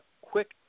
quick